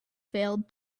failed